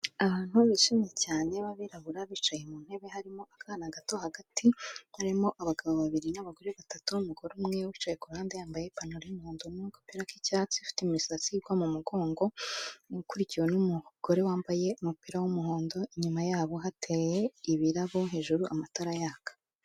Abantu bishimye cyane b'abirabura bicaye mu ntebe harimo akana gato hagati, harimo abagabo babiri n'abagore batatu, umugore umwe wicaye kuruhande yambaye ipantaro y'umuhondo n'agapira k'icyatsi ufite imisatsi igwa mu mugongo, ukurikiwe n'umugore wambaye umupira w'umuhondo, inyuma yabo hateye ibirabo, hejuru amatara yaka.